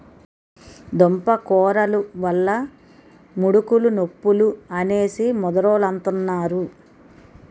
దుంపకూరలు వల్ల ముడుకులు నొప్పులు అనేసి ముదరోలంతన్నారు